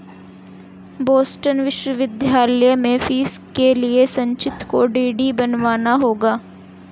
Boston विश्वविद्यालय में fees के लिए संचित को डी.डी बनवाना होगा